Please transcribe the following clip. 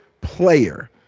player